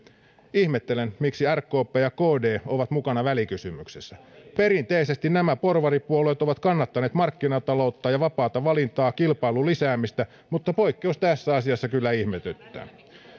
ihmettelen miksi rkp ja kd ovat mukana välikysymyksessä perinteisesti nämä porvaripuolueet ovat kannattaneet markkinataloutta ja vapaata valintaa kilpailun lisäämistä mutta poikkeus tässä asiassa kyllä ihmetyttää